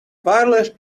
wireless